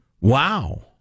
Wow